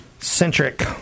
centric